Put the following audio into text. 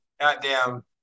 goddamn